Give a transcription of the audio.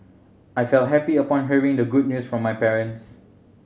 I felt happy upon hearing the good news from my parents